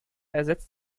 ersetzt